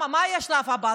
מה יהיה השלב הבא,